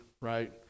right